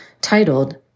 titled